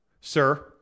sir